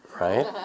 right